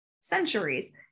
centuries